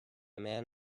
man